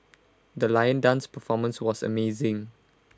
the lion dance performance was amazing